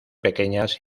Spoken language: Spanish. pequeñas